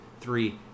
three